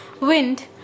Wind